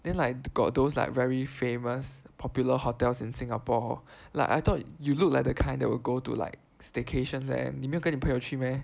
then like got those like very famous popular hotels in Singapore like I thought you look like the kind that will go to like staycations leh 你没有跟你朋友去 meh